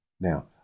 Now